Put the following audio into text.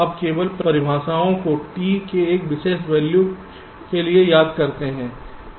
अब केवल परिभाषाओं को t के एक विशेष वैल्यू के लिए याद करते है